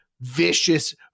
vicious